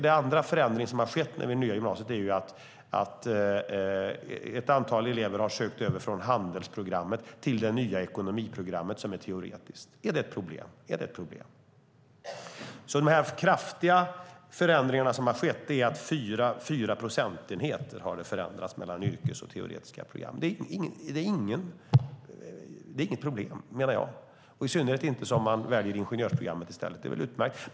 Den andra förändring som har skett i och med det nya gymnasiet finns i ekonomisektorn, där ett antal elever har sökt sig över från handelsprogrammet till det nya ekonomiprogrammet, som är teoretiskt. Är det ett problem? De så kallade kraftiga förändringar som har skett är att det har förändrats med 4 procentenheter mellan yrkesprogram och teoretiska program. Det är inget problem, menar jag - i synnerhet inte om man väljer ingenjörsprogrammet i stället. Det är utmärkt.